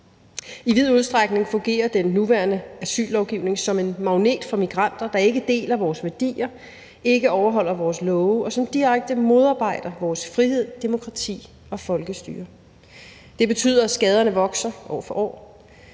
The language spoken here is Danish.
I vid udstrækning fungerer den nuværende asyllovgivning som en magnet for migranter, der ikke deler vores værdier, ikke overholder vores love og direkte modarbejder vores frihed, demokrati og folkestyre. Det betyder, at skaderne vokser år for år: